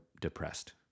depressed